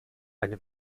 eine